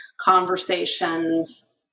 conversations